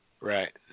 Right